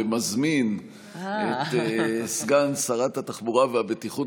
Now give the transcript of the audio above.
אני מזמין את סגן שרת התחבורה והבטיחות